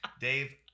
Dave